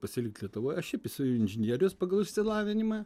pasilikt lietuvoje aš šiaip esu inžinierius pagal išsilavinimą